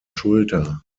schulter